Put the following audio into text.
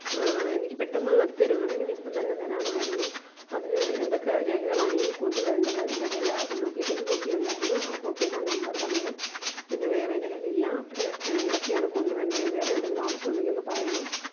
എനിക്ക് പെട്ടെന്ന് നടത്തി തരുമെന്നുണ്ടെങ്കില് ഇപ്പോള് തന്നെ വരാമായിരുന്നു അതിന് എന്തൊക്കെ രേഖകളാണിനി കൊണ്ടുവരേണ്ടത് എന്റെ കയ്യിലാ ഡ്യൂപ്ലിക്കേറ്റ് കോപ്പി ഉണ്ടായിരുന്നു ആ കോപ്പിന്നാ നമ്പര് തന്നത് പിന്നെ വേറെ എന്റെ കയ്യിലില്ല അപ്പോള് എന്തെക്കെയാണ് കൊണ്ടു വരണ്ടെ വേറെ എന്തെങ്കിലും ആവശ്യം ഉണ്ടെങ്കില് ഒന്ന് പറയണം